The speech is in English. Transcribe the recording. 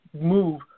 move